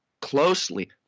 closely